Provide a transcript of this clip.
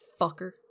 fucker